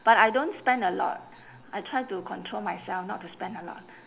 but I don't spend a lot I try to control myself not to spend a lot